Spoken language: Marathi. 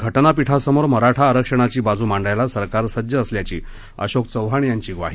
घटनापीठासमोर मराठा आरक्षणाची बाजु मांडायला सरकार सज्ज असल्याची अशोक चव्हाण यांची ग्वाही